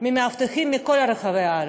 ממאבטחים מכל רחבי הארץ,